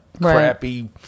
crappy